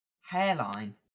Hairline